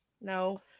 no